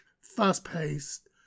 fast-paced